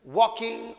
walking